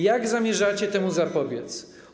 Jak zamierzacie temu zapobiec?